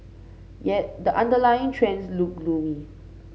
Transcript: yet the underlying trends look gloomy